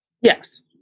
Yes